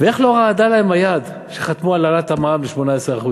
ואיך לא רעדה להם היד כשחתמו על העלאת המע"מ ל-18%?